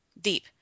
deep